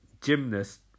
gymnast